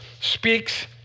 speaks